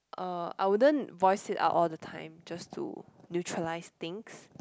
uh I wouldn't voice it out all the time just to neutralize things